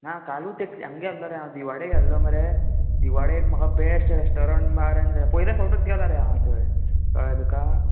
ना कालूच तेक हांग गेल्लो दिवाडे गेल्लो मरे दिवाडे म्हाका एक बेस्ट रेस्टोरन्ट बार एण्ड पयले फावटूत गेला रे हांव थंय कळ्ळें तुका